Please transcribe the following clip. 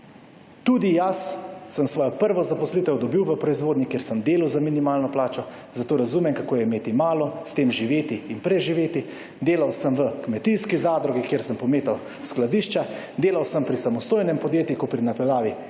Tudi jaz sem svojo prvo zaposlitev dobil v proizvodnji, kjer sem delal za minimalno plačo, zato razumem kako je imeti malo, s tem živeti in preživeti, delal sem v kmetijski zadrugi, kjer sem pometal skladišča, delal sem pri samostojnem podjetniku pri napeljavi elektro